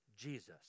Jesus